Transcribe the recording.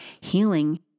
healing